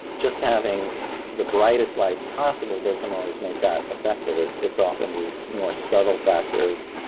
just having the brightest lights possible doesn't always make that effective. it's it's often these more subtle factors.